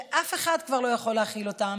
שאף אחד כבר לא יכול להכיל אותן.